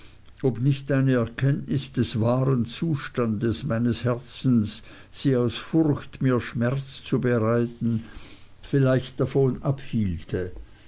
ob nicht eine erkenntnis des wahren zustandes meines herzens sie aus furcht mir schmerz zu bereiten vielleicht davon abhielte